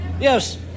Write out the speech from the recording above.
Yes